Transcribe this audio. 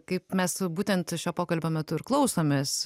kaip mes būtent šio pokalbio metu ir klausomės